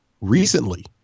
recently